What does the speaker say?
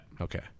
Okay